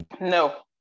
No